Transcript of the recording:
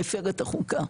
מפר את החוקה.